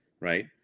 right